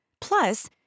Plus